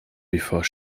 before